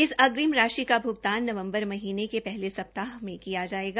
इस अग्रिम राशि का भ्गतान नवम्बर महीनें के पहले सप्ताह में किया जायेगा